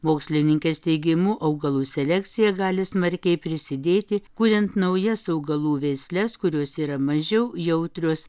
mokslininkės teigimu augalų selekcija gali smarkiai prisidėti kuriant naujas augalų veisles kurios yra mažiau jautrios